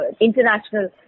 international